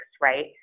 right